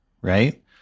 right